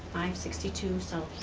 sixty two south